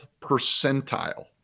percentile